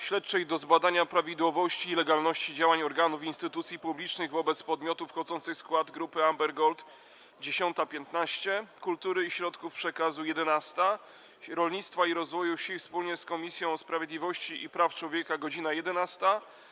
Śledczej do zbadania prawidłowości i legalności działań organów i instytucji publicznych wobec podmiotów wchodzących w skład Grupy Amber Gold - godz. 10.15, - Kultury i Środków Przekazu - godz. 11, - Rolnictwa i Rozwoju Wsi wspólnie z Komisją Sprawiedliwości i Praw Człowieka - godz. 11,